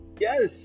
Yes